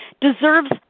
deserves